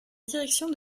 direction